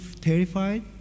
terrified